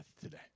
today